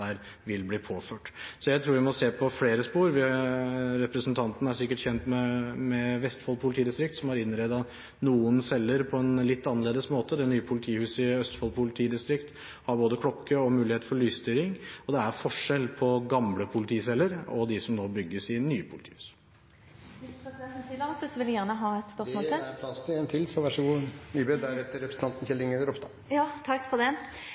vil bli påført. Så jeg tror vi må se på flere spor. Representanten er sikkert kjent med Vestfold politidistrikt, som har innredet noen celler på en litt annerledes måte. Det nye politihuset i Østfold politidistrikt har både klokke og mulighet for lysstyring. Og det er forskjell på gamle politiceller og de som nå bygges i nye politihus. Hvis presidenten tillater det, vil jeg gjerne komme med et spørsmål til. Det er plass til ett til, så vær så god. Takk for det. Jeg har forståelse for